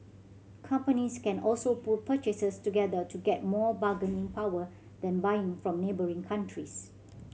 companies can also pool purchases together to get more bargaining power then buying from neighbouring countries